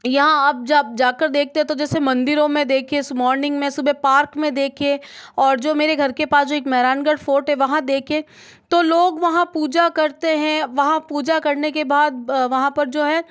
यहाँ आप जब जा कर देखते तो जैसे मंदिरों में देखिए इस मॉर्निंग में सुबह पार्क में देखिए और जो मेरे घर के पास जो एक मेहरानगढ़ फोर्ट है वहाँ देखे तो लोग वहाँ पूजा करते हैं वहाँ पूजा करने के बाद वहाँ पर जो है